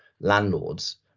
landlords